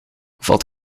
valt